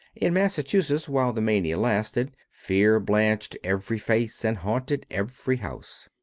in massachusetts, while the mania lasted, fear blanched every face and haunted every house.